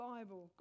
Bible